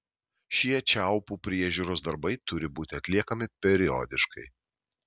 šie čiaupų priežiūros darbai turi būti atliekami periodiškai